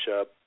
up